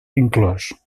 inclòs